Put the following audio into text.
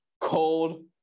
cold